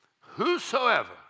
Whosoever